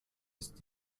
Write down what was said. ist